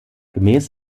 gemäß